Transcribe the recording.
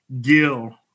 gill